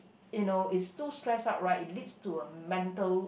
you know it's too stress up right it leads to a mental